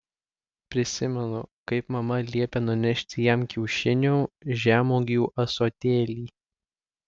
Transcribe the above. prisimenu kaip mama liepė nunešti jam kiaušinių žemuogių ąsotėlį